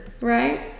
Right